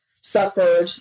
suffered